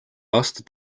aasta